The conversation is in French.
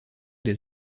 des